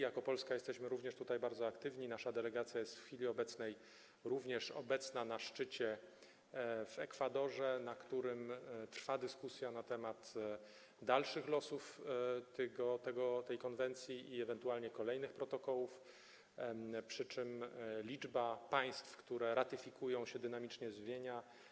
Jako Polska jesteśmy również bardzo aktywni, nasza delegacja jest w chwili obecnej również obecna na szczycie w Ekwadorze, na którym trwa dyskusja na temat dalszych losów tej konwencji i ewentualnie kolejnych protokołów, przy czym liczba państw, które to ratyfikują, dynamicznie się zmienia.